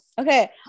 okay